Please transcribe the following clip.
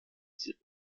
diese